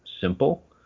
simple